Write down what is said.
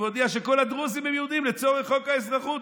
והודיע שכל הדרוזים הם יהודים לצורך חוק האזרחות.